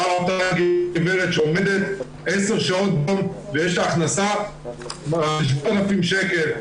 באה אותה גברת שעובדת עשר שעות ביום ויש לה הכנסה של 6,000 שקל,